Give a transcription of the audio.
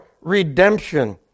redemption